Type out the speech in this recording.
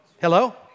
Hello